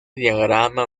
diagrama